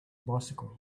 bicycle